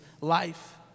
life